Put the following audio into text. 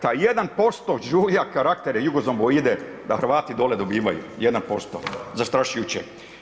Taj 1% žulja karaktere jugozomboide da Hrvati dole dobivaju 1% zastrašujuće.